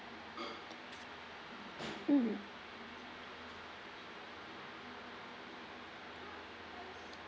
mm